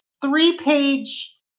three-page